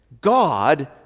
God